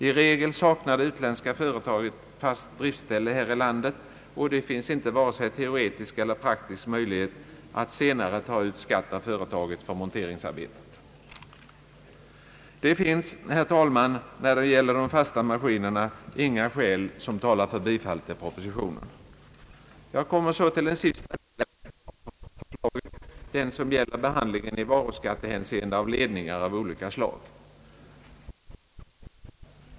I regel saknar det utländska företaget fast driftställe här i landet, och det finns inte vare sig teoretisk eller praktisk möjlighet att senare ta ut skatt av företaget för monteringsarbetet. Det finns, herr talman, när det gäller de fasta maskinerna inga skäl som talar för bifall till propositionen. Jag kommer så till den sista delen av förslaget, den som gäller behandlingen i varuskattehänseende av ledningar av olika slag.